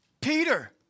Peter